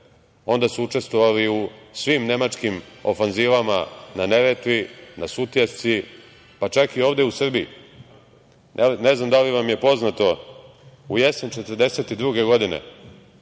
onda su učestvovali u svim nemačkim ofanzivama na Neretvi, na Sutjesci, pa čak i ovde u Srbiji? Ne znam da li vam je poznato, u jesen 1942. godine,